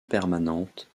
permanente